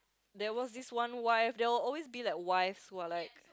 there was this one wife there will always be wives who are like